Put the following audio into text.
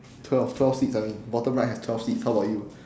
twelve twelve seeds I mean the bottom right has twelve seeds how about you